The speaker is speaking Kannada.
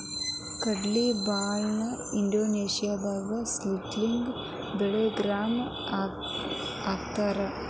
ಕಡ್ಲಿ ಬ್ಯಾಳಿ ನ ಇಂಗ್ಲೇಷನ್ಯಾಗ ಸ್ಪ್ಲಿಟ್ ಬೆಂಗಾಳ್ ಗ್ರಾಂ ಅಂತಕರೇತಾರ